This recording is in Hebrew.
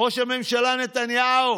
ראש הממשלה נתניהו